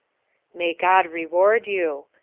may god reward you,